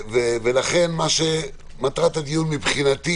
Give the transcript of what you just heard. ולכן, מטרת הדיון מבחינתי